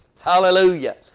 Hallelujah